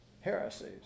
heresies